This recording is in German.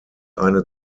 eine